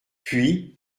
puis